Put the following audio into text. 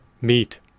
meet